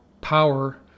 power